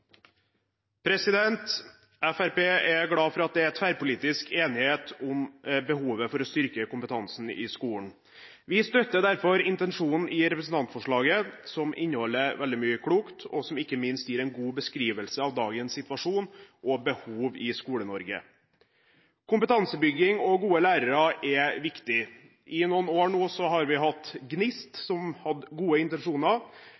det. Fremskrittspartiet er glad for at det er tverrpolitisk enighet om behovet for å styrke kompetansen i skolen. Vi støtter derfor intensjonen i representantforslaget, som inneholder veldig mye klokt, og som ikke minst gir en god beskrivelse av dagens situasjon og behov i Skole-Norge. Kompetansebygging og gode lærere er viktig. I noen år nå har vi hatt